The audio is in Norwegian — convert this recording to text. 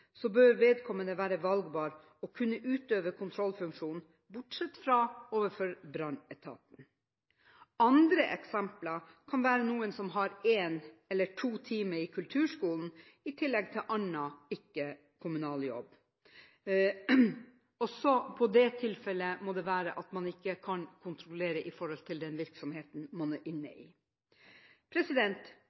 så liten, bør vedkommende være valgbar og kunne utøve kontrollfunksjonen, bortsett fra overfor brannetaten. Andre eksempler kan være noen som har én eller to timer i kulturskolen i tillegg til annen ikke-kommunal jobb. Også i de tilfellene må det være slik at man ikke kan kontrollere den virksomheten man er inne i.